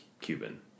Cuban